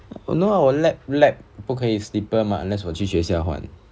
oh no 我 lab lab 不可以 slipper mah unless 我去学校换